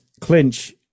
clinch